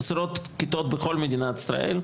חסרות כיתות בכל מדינת ישראל,